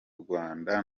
rwanda